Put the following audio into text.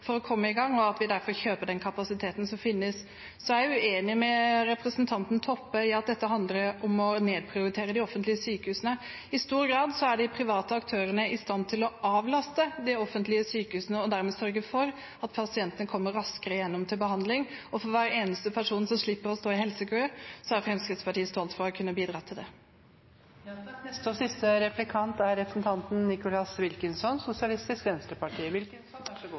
for å komme i gang, og at vi derfor kjøper den kapasiteten som finnes. Jeg er uenig med representanten Toppe i at dette handler om å nedprioritere de offentlige sykehusene. I stor grad er de private aktørene i stand til å avlaste de offentlige sykehusene og dermed sørge for at pasientene kommer raskere gjennom til behandling. Og for hver eneste person som slipper å stå i helsekø, er Fremskrittspartiet stolt over å ha bidratt til det. Fremskrittspartiet og SV har stemt sammen for å hjelpe folk som er